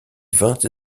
vingt